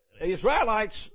Israelites